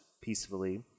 peacefully